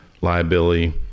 liability